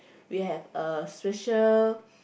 we have uh special